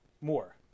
more